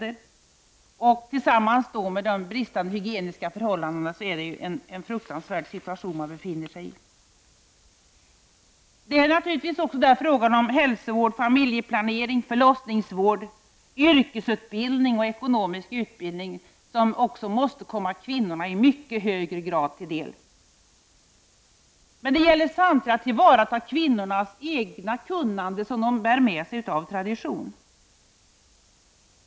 Ser man alltså även till de bristfälliga hygieniska förhållandena kan man konstatera att de här människorna befinner sig i en fruktansvärd situation. Naturligtvis måste hälsovård, familjeplanering, förlossningsvård, yrkesutbildning och ekonomisk utbildning i mycket högre grad komma kvinnorna i dessa länder till del. Men det gäller samtidigt att tillvarata kvinnornas eget kunnande, som de bär med sig av tradition.